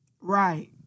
Right